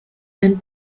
and